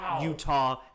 Utah